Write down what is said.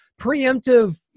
preemptive